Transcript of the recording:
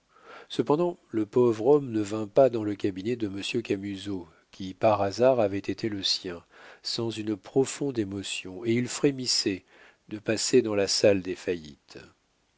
cependant le pauvre homme ne vint pas dans le cabinet de monsieur camusot qui par hasard avait été le sien sans une profonde émotion et il frémissait de passer dans la salle des